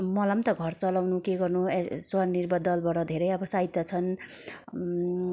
मला पनि त घर चलाउनु के गर्नु स्वनिर्भर दलबाट धेरै अब सहायता छन्